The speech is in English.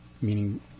meaning